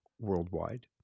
worldwide